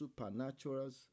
supernaturals